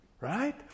right